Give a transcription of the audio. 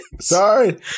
sorry